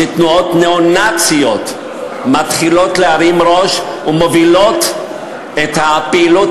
כשתנועות ניאו-נאציות מתחילות להרים ראש ומובילות את הפעילות